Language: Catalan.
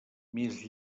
més